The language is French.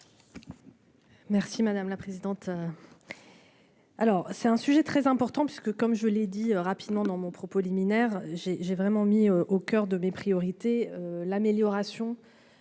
Merci madame la présidente.